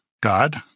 God